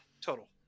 total